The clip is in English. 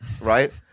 right